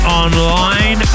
online